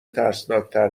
ترسناکتر